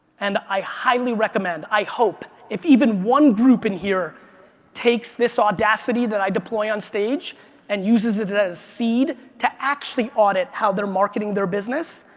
and i highly recommend, i hope, if even one group in here takes this audacity that i deploy onstage and uses it as a seed to actually audit how their marketing their business,